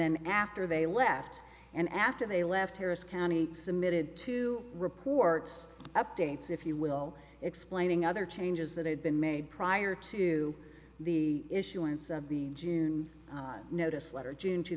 then after they left and after they left harris county submitted to reports updates if you will explaining other changes that had been made prior to the issuance of the june notice letter june two